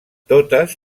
totes